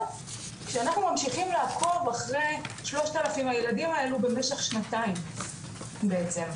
כשאנחנו ממשיכים לעקוב אחרי 3,000 הילדים האלו במשך שנתיים בעצם.